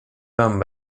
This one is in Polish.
wam